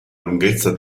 lunghezza